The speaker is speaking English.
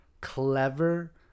clever